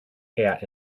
hat